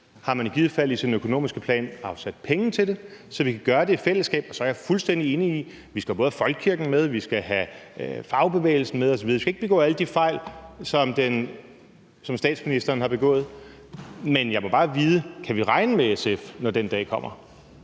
Har man i givet fald i sin økonomiske plan afsat penge til det, så vi kan gøre det i fællesskab? Jeg er fuldstændig enig i, både at vi skal have folkekirken med, og at vi skal fagbevægelsen med osv. Vi skal ikke begå alle de fejl, som statsministeren har begået. Men jeg må bare vide, om vi kan regne med SF, når den dag kommer.